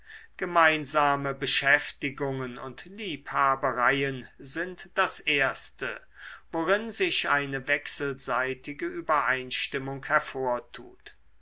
gemeinsame beschäftigungen und liebhabereien sind das erste worin sich eine wechselseitige übereinstimmung hervortut